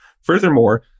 furthermore